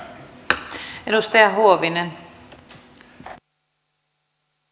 arvoisa rouva puhemies